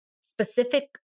specific